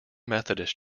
methodist